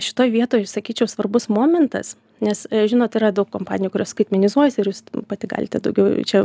šitoj vietoj sakyčiau svarbus momentas nes žinot yra daug kompanijų kurios skaitmenizuojasi ir jūs pati galite daugiau čia